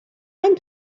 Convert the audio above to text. time